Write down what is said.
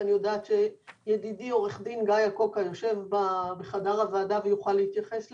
ואני יודעת שידידי עוה"ד גיא אקוקה יושב בחדר הוועדה ויוכל להתייחס לזה.